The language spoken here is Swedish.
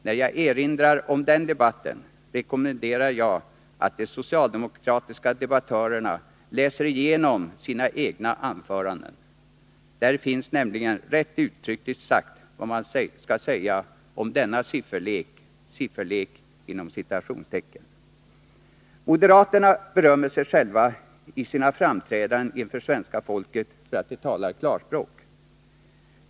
När jag erinrar om den debatten, rekommenderar jag de socialdemokratiska debattörerna att läsa igenom sina egna anföranden. Där finns nämligen rätt uttryckligt sagt vad man skall säga om denna ”sifferlek”. Moderaterna berömmer sig själva i sina framträdanden inför svenska folket för att de talar klarspråk.